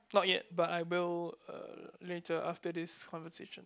not yet but I will uh later after this conversation